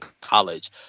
college